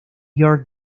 your